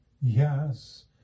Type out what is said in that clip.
Yes